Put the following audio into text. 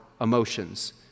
emotions